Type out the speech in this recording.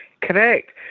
correct